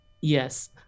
yes